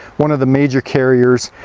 one of the major carriers,